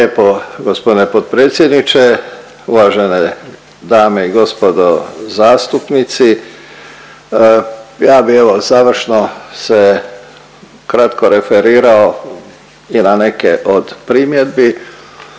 lijepo gospodine potpredsjedniče. Uvažene dame i gospodo zastupnici, ja bi evo završno se kratko referirao i na neke od primjedbi,